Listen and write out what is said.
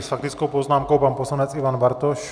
S faktickou poznámkou pan poslanec Ivan Bartoš.